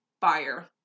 fire